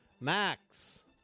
Max